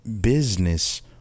Business